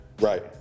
Right